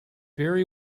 very